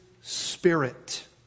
Spirit